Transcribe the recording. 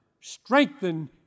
strengthen